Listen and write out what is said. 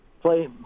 Play